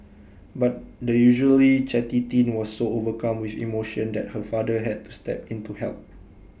but the usually chatty teen was so overcome with emotion that her father had to step in to help